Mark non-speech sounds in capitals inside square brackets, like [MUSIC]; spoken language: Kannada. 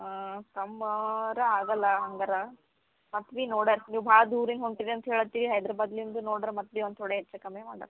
ಹಾಂ [UNINTELLIGIBLE] ಆಗಲ್ಲ ಹಂಗಾರ ಮತ್ತು ಬಿ ನೋಡಣ ನೀವು ಭಾಳ ದೂರಿಂದ್ ಹೊಂಟೀರಿ ಅಂತ್ ಹೇಳ್ಲತ್ತಿರಿ ಹೈದ್ರಬಾದ್ಲಿಂದ್ ನೋಡ್ರ ಮತ್ತು ಬಿ ಒಂದು ತೋಡೆ ಹೆಚ್ಚು ಕಮ್ಮಿ ಮಾಡಣ